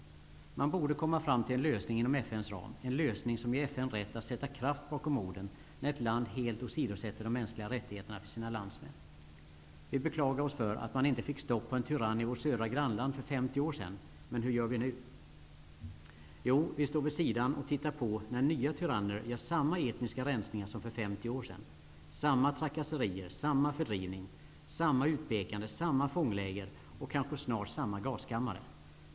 Man borde komma fram till en lösning inom FN:s ram, en lösning som ger FN rätt att sätta kraft bakom orden när ett land helt åsidosätter de mänskliga rättigheterna för sina landsmän. Vi beklagar oss för att man inte fick stopp på en tyrann i vårt södra grannland för 50 år sedan. Men hur gör vi nu? Jo, vi står vid sidan och tittar på när nya tyranner gör samma etniska rensningar som för 50 år sedan, samma trakasserier, samma fördrivning, samma utpekande, samma fångläger, snart kanske samma gaskammare.